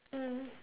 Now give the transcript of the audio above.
mm